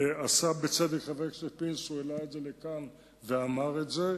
ועשה בצדק חבר הכנסת פינס שעלה לכאן ואמר את זה.